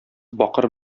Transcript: бакыр